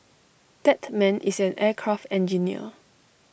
that man is an aircraft engineer